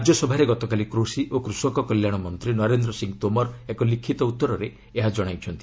ରାଜ୍ୟସଭାରେ ଗତକାଲି କୃଷି ଓ କୃଷକ କଲ୍ୟାଶ ମନ୍ତ୍ରୀ ନରେନ୍ଦ୍ର ସିଂହ ତୋମର ଏକ ଲିଖିତ ଉତ୍ତରରେ ଏହା ଜଣାଇଛନ୍ତି